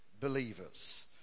believers